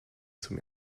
zum